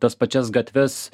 tas pačias gatves